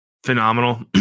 Phenomenal